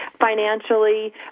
financially